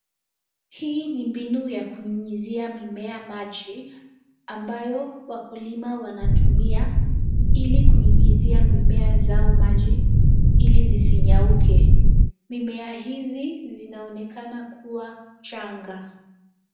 Hii ni mbinu ya kunyunyizia mimea maji, ambayo wakulima wanatumia, ili kunyunyizia mimea zao maji ili zisinyauke. Mimea hizi zinaonekana kuwa changa.